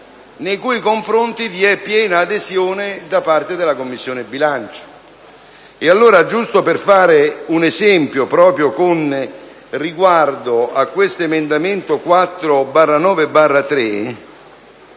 nei cui confronti c'è piena adesione da parte della Commissione bilancio.